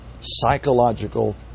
psychological